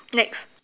next